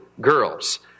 girls